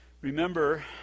remember